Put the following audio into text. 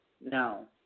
No